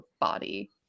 body